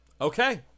Okay